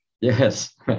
Yes